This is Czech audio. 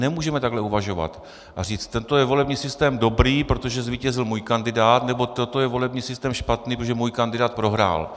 Nemůžeme takhle uvažovat a říct: toto je volební systém dobrý, protože zvítězil můj kandidát, nebo toto je volební systém špatný, protože můj kandidát prohrál.